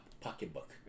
pocketbook